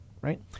Right